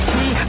See